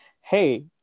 hey